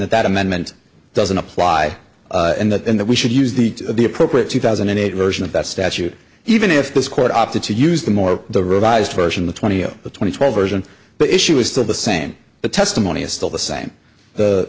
that that amendment doesn't apply and that in that we should use the the appropriate two thousand and eight version of that statute even if this court opted to use the more the revised version the twenty to twenty twelve version but issue is still the same the testimony is still the same the